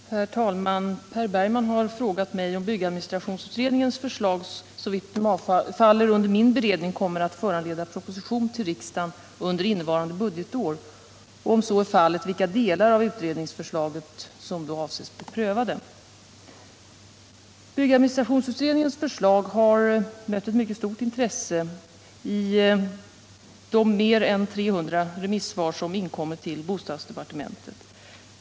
Herr talman! Per Bergman har frågat mig om byggadministrationsutredningens förslag, såvitt de faller under min beredning, kommer att föranleda proposition till riksdagen under innevarande budgetår och — om så är fallet — vilka delar av utredningsförslaget som då avses bli prövade. Byggadministrationsutredningens förslag har mött ett mycket stort intresse i de mer än 300 remissvar som inkommit till bostadsdepartementet.